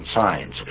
signs